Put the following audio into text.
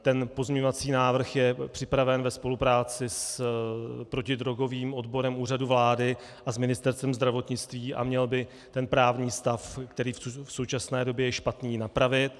Ten pozměňovací návrh je připraven ve spolupráci s protidrogovým odborem Úřadu vlády a s Ministerstvem zdravotnictví a měl by právní stav, který v současné době je špatný, napravit.